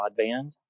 broadband